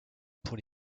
pour